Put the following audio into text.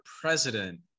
president